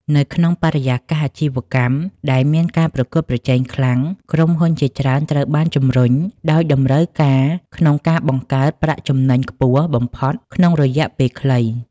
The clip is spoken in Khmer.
នៅក្នុងបរិយាកាសអាជីវកម្មដែលមានការប្រកួតប្រជែងខ្លាំង ក្រុមហ៊ុនជាច្រើនត្រូវបានជំរុញដោយតម្រូវការក្នុងការបង្កើត ប្រាក់ចំណេញខ្ពស់បំផុតក្នុងរយៈពេលខ្លី។